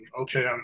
okay